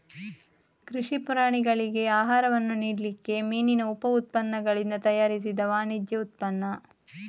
ಕೃಷಿ ಪ್ರಾಣಿಗಳಿಗೆ ಆಹಾರವನ್ನ ನೀಡ್ಲಿಕ್ಕೆ ಮೀನಿನ ಉಪ ಉತ್ಪನ್ನಗಳಿಂದ ತಯಾರಿಸಿದ ವಾಣಿಜ್ಯ ಉತ್ಪನ್ನ